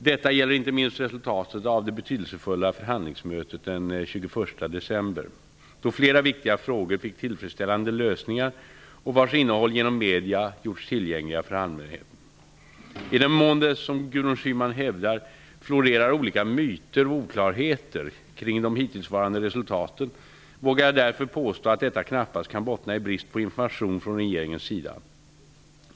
Detta gäller inte minst resultatet av det betydelsefulla förhandlingsmötet den 21 december, då flera viktiga frågor fick tillfredsställande lösningar, och vars innehåll genom medierna gjorts tillgängligt för allmänheten. I den mån det, som Gudrun Schyman hävdar, ''florerar olika myter och oklarheter'' kring de hittillsvarande resultaten, vågar jag därför påstå att detta knappast kan bottna i brist på information från regeringens sida.